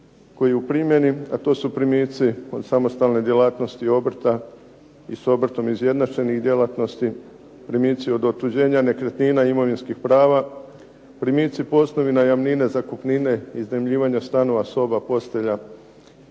zakonskom prijedlogu a to su primici od samostalne djelatnosti i obrta i s obrtom izjednačenih djelatnosti, primici od nekretnina, imovinskih prava, primici … najamnine, zakupnine, iznajmljivanja soba, postelja,